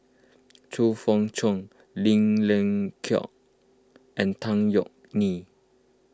Chong Fah Cheong Lim Leong Geok and Tan Yeok Nee